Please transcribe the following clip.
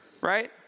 Right